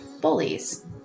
Bullies